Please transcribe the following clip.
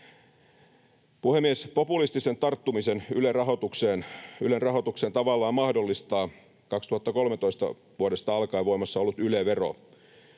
Puhemies! Populistisen tarttumisen Ylen rahoitukseen tavallaan mahdollistaa vuodesta 2013 alkaen voimassa ollut Yle-vero.